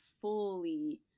fully